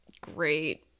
great